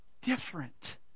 different